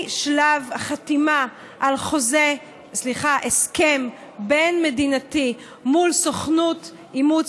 משלב החתימה על הסכם בין-מדינתי מול סוכנות אימוץ